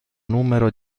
numero